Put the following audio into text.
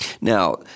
Now